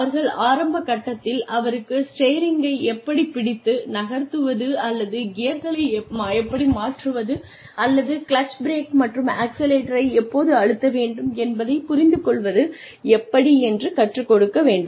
அவர்கள் ஆரம்பக் கட்டத்தில் அவருக்கு ஸ்டியரிங்கை எப்படிப் பிடித்து நகர்த்துவது அல்லது கியர்களை மாற்றுவது அல்லது கிளட்ச் பிரேக் மற்றும் ஆக்சிலரேட்டரை எப்போது அழுத்த வேண்டும் என்பதைப் புரிந்து கொள்வது எப்படி என்று கற்றுக் கொடுக்க வேண்டும்